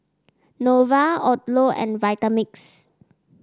Nova Odlo and Vitamix